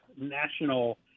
national